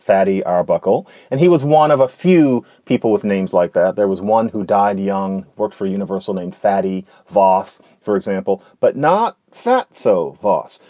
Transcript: fatty arbuckle and he was one of. few people with names like that. there was one who died young, worked for universal named fatty vos, for example, but not fat. so vohs,